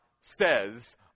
says